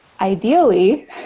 Ideally